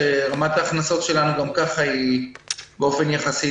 שם רמת ההכנסות שלנו גם כך היא נמוכה באופן יחסי.